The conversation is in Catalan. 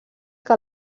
que